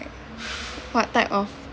what type of